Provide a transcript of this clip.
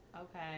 okay